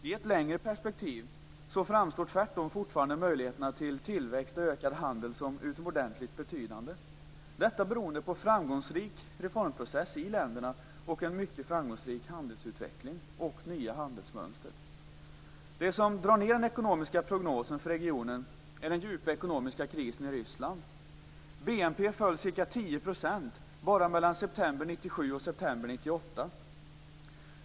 I ett längre perspektiv framstår tvärtom fortfarande möjligheterna till tillväxt och ökad handel som utomordentligt betydande, detta beroende på framgångsrik reformprocess i länderna och en mycket framgångsrik handelsutveckling och nya handelsmönster. Det som drar ned den ekonomiska prognosen för regionen är den djupa ekonomiska krisen i Ryssland. BNP föll ca 10 % bara mellan september 1997 och september 1998.